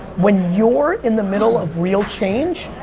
when you're in the middle of real change,